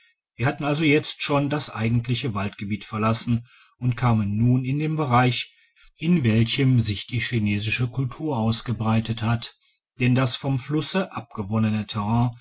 wir hatten also jetzt schon das eigentliche waldgebiet verlassen und kamen nun in den bereich in welchem sich die chinesische kultur ausgebreitet hat denn das vom flusse abgewonnene